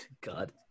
God